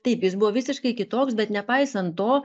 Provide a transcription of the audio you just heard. taip jis buvo visiškai kitoks bet nepaisant to